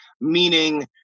Meaning